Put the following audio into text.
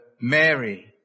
Mary